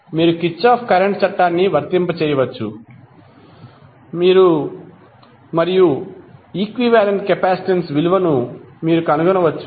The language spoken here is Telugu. మీరు కిర్చాఫ్ కరెంట్ చట్టాన్ని వర్తింపజేయవచ్చు మరియు ఈక్వివాలెంట్ కెపాసిటెన్స్ విలువను మీరు గుర్తించవచ్చు కనుగొనవచ్చు